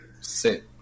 Sit